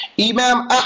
Imam